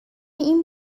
این